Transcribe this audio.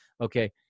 okay